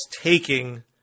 taking